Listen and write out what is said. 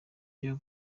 byo